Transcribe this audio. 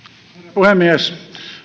puhemies